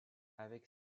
avec